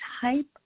type